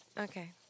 Okay